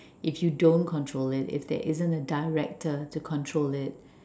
if you don't control it if there isn't a director to control it